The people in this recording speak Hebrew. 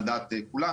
על דעת כולם.